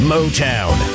Motown